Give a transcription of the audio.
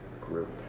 group